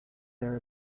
their